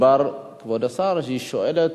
כבוד השר, היא שואלת,